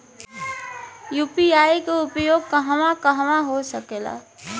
UPI के उपयोग कहवा कहवा हो सकेला?